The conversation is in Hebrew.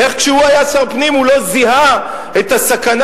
איך כשהוא היה שר הפנים הוא לא זיהה את הסכנה